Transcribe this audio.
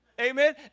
Amen